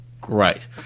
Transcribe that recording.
great